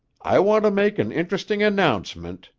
i want to make an interesting announcement,